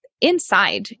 Inside